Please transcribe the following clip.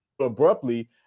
abruptly